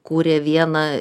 kūrė vieną